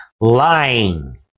lying